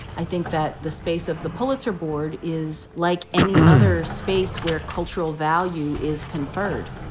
i think that the space of the pulitzer board is like any other space where cultural value is conferred.